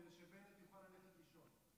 כדי שבנט יוכל ללכת לישון.